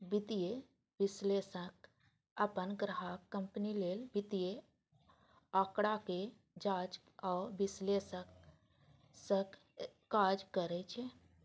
वित्तीय विश्लेषक अपन ग्राहक कंपनी लेल वित्तीय आंकड़ाक जांच आ विश्लेषणक काज करै छै